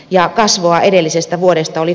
ja kasvua edellisestä vuodesta oli